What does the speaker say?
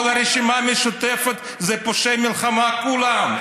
כל הרשימה המשותפת זה פושעי מלחמה כולם.